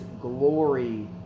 glory